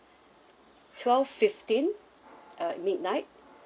twelve fifteen uh midnight